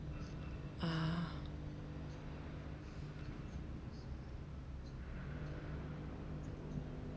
ah